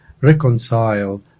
reconcile